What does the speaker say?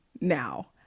now